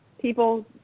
people